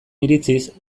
iritziz